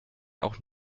auch